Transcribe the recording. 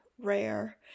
rare